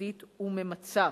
יסודית וממצה.